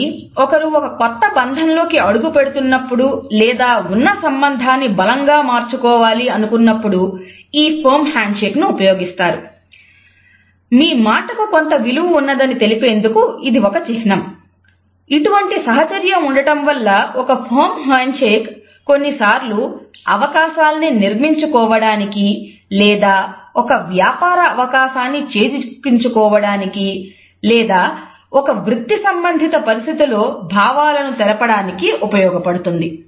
కాబట్టి ఒకరు ఒక కొత్త బంధంలోకి అడుగుపెడుతున్నప్పుడు లేదా ఉన్న సంబంధాన్ని బలంగా మార్చుకోవాలి అనుకున్నపుడు ఈ ఫర్మ్ హ్యాండ్షేక్ కొన్నిసార్లు అవకాశాల్ని నిర్మించుకోవడానికి లేదా ఒక వ్యాపార అవకాశాన్ని చేజిక్కించుకోవడానికి లేక ఒక వృత్తి సంబంధిత పరిస్థితిలో భావాలను తెలుపడానికి ఉపయోగపడుతుంది